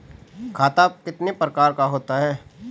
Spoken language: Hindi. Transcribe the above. खाता कितने प्रकार का होता है?